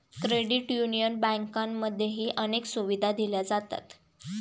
credit union बँकांमध्येही अनेक सुविधा दिल्या जातात